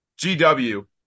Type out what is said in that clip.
GW